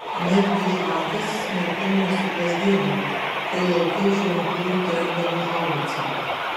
netgi žvakės smarkiau nesuplazdėdavo kai lauke iš rimtųjų trenkdavo haubica